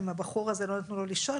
אם לבחור הזה לא נתנו לישון,